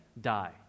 die